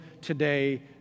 today